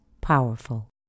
powerful